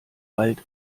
wald